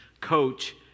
coach